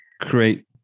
create